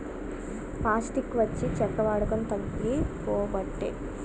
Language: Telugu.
పాస్టిక్ వచ్చి చెక్క వాడకం తగ్గిపోబట్టే